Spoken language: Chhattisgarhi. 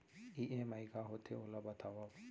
ई.एम.आई का होथे, ओला बतावव